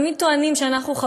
תמיד טוענים שאנחנו,